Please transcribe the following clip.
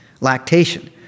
lactation